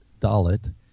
Dalit